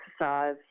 exercise